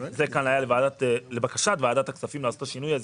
זה היה כאן לבקשת ועדת הכספים לעשות את השינוי הזה,